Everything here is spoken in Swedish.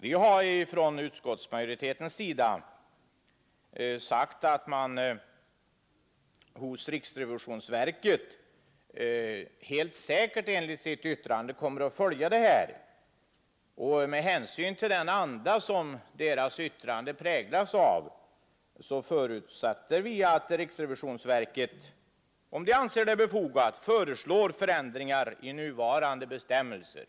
Vi har inom utskottsmajoriteten sagt att riksrevisionsverket helt säkert i enlighet med sitt yttrande kommer att följa denna fråga. Med hänsyn till den anda som präglar detta yttrande har vi förutsatt att riksrevisionsverket, om det anser detta vara befogat, kommer att föreslå förändringar i nuvarande bestämmelser.